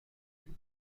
you